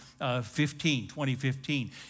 2015